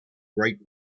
great